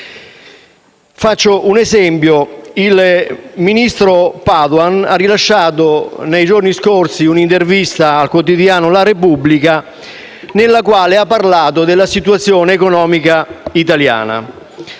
Faccio un esempio. Il ministro Padoan ha rilasciato nei giorni scorsi un'intervista al quotidiano «la Repubblica» sulla situazione economica italiana,